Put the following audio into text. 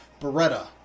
Beretta